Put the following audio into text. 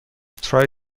try